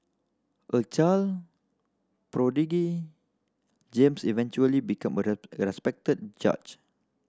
a child prodigy James eventually became a respected judge